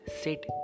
sit